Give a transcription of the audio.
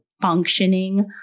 functioning